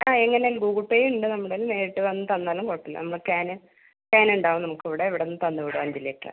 ആ എങ്ങനെ ഗൂഗിൾപേ ഉണ്ട് നമ്മടേൽ നേരിട്ട് വന്ന് തന്നാലും കുഴപ്പം ഇല്ല നമ്മള കേന് കേൻ ഉണ്ടാവും നമുക്ക് ഇവിടെ ഇവിടന്ന് തന്ന് വിടും അഞ്ച് ലിറ്ററ്